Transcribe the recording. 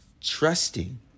Trusting